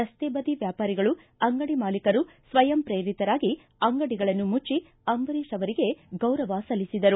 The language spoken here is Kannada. ರಸ್ತೆ ಬದಿ ವ್ಯಾಪಾರಿಗಳು ಅಂಗಡಿ ಮಾಲೀಕರು ಸ್ವಯಂ ಪ್ರೇರಿತರಾಗಿ ಅಂಗಡಿಗಳನ್ನು ಮುಚ್ಚಿ ಅಂಬರೀಶ್ ಅವರಿಗೆ ಗೌರವ ಸಲ್ಲಿಸಿದರು